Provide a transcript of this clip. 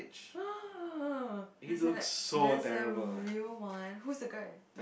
there's and it there's a real one who's the guy